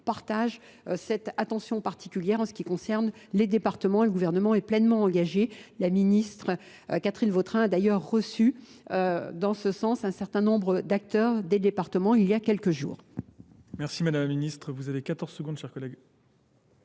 partagent cette attention particulière en ce qui concerne les départements. Le gouvernement est pleinement engagé. La ministre Catherine Vautrin a d'ailleurs reçu dans ce sens un certain nombre d'acteurs des départements il y a quelques jours. Merci Monsieur le Président. Sur la